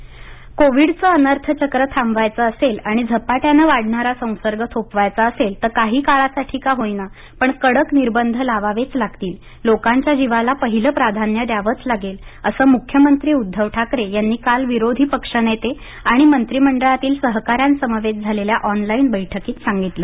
Covid बैठक कोविडचं अनर्थचक्र थांबवायचं असेल आणि झपाट्याने वाढणारा संसर्ग थोपवायचा असेल तर काही काळासाठी का होईना पण कडक निर्बंध लावावेच लागतील लोकांच्या जीवाला पहिलं प्राधान्य द्यावंच लागेल असं मुख्यमंत्री उद्धव ठाकरे यांनी काल विरोधी पक्षनेते आणि मंत्रिमंडळातील सहकाऱ्यांसमवेत झालेल्या ऑनलाईन बैठकीत सांगितलं